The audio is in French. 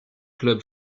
club